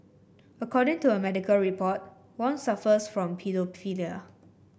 according to a medical report Wong suffers from paedophilia